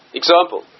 example